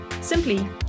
Simply